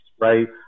right